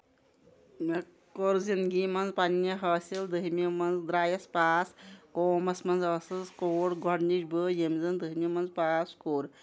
مےٚ کوٚر زنٛدگی منٛز پَنٕنہِ حٲصِل دٔہمہِ منٛز درایَس پاس قومَس منٛز ٲسٕس کوٗر گۄڈٕنِچ بہٕ یٔمۍ زَن دٔہمہِ منٛز پاس کوٚر